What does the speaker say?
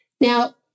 Now